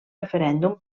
referèndum